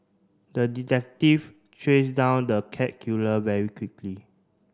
the detective trace down the cat killer very quickly